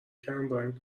کمرنگ